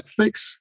Netflix